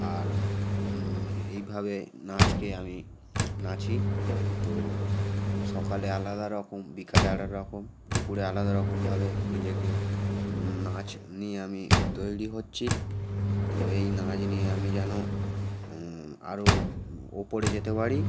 আর এইভাবে নাচকে আমি নাচি তো সকালে আলাদা রকম বিকালে আরেক রকম দুপুরে আলাদা রকমভাবে নিজেকে নানাচ নিয়ে আমি তৈরি হচ্ছি তো এই নাচ নিয়ে আমি যেন আরো ওপরে যেতে পারি